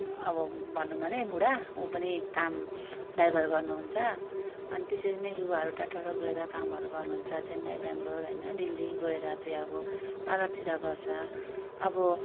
अब भनौँ भने बुढा ऊ पनि काम ड्राइभर गर्नुहुन्छ अनि त्यसरी नै युवाहरू टाढो टाढो गएर कामहरू गर्नुहुन्छ चेन्नई बेङ्गलोर हैन दिल्ली गएर चाहिँ अब पार्लरतिर गर्छ अब